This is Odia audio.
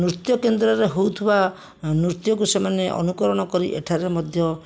ନୃତ୍ୟ କେନ୍ଦ୍ରରେ ହେଉଥିବା ଏଁ ନୃତ୍ୟକୁ ସେମାନେ ଅନୁକରଣ କରି ଏଠାରେ ମଧ୍ୟ